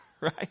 Right